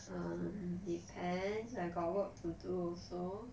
um depends I got work to do so